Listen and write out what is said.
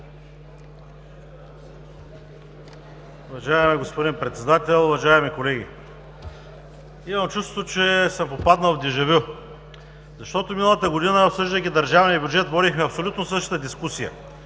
Уважаеми господин Председател, уважаеми колеги! Имам чувството, че съм попаднал в дежа вю, защото миналата година, обсъждайки държавния бюджет, водихме абсолютно същата дискусия.